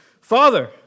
Father